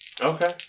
Okay